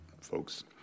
folks